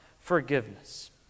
forgiveness